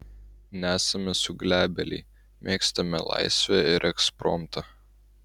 nesame suglebėliai mėgstame laisvę ir ekspromtą